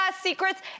secrets